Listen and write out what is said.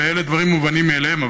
ואלה דברים מובנים מאליהם,